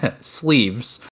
sleeves